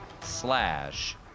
slash